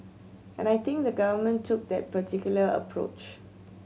and I think the Government took that particular approach